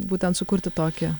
būtent sukurti tokį